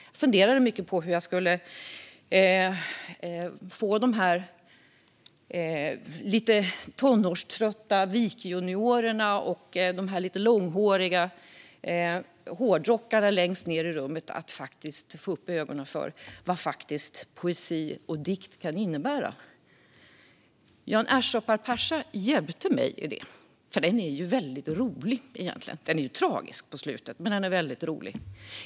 Jag funderade mycket över hur jag skulle få de tonårströtta VIK-juniorerna och de lite långhåriga hårdrockarna längst ned i rummet att få upp ögonen för vad poesi och dikt kan innebära. Jan Ersa och Per Persa hjälpte mig i det. Dikten är rolig! Den är tragisk på slutet, men den är rolig.